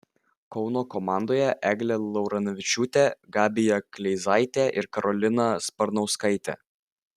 kauno komandoje eglė laurinavičiūtė gabija kleizaitė ir karolina sparnauskaitė